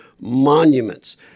monuments